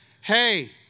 hey